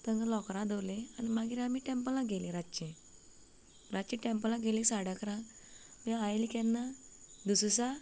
थांगें लॉकरा दवरलीं आनी आमी टॅम्पलांत गेलीं रातची रातची टॅम्पलांत गेलीं साडे इकरांक मागीर आयली केन्ना दुसरे दिसा